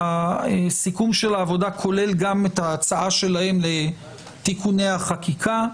הסיכום של העבודה כולל גם את ההצעה שלהם לתיקוני החקיקה.